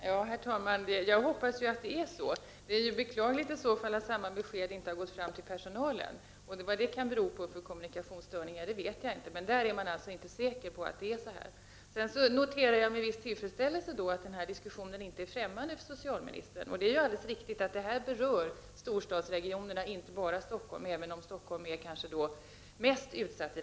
Herr talman! Jag hoppas att det är så, men det är beklagligt att det beskedet inte har gått fram till personalen. Jag vet inte vad kommunikationsstörningarna beror på, men personalen är alltså inte säker på att det förhåller sig på detta sätt. Jag noterar med viss tillfredsställelse att denna diskussion inte är främmande för socialministern. Det är alldeles riktigt att problemen berör storstadsregionerna och inte bara Stockholm, även om Stockholm är mest utsatt.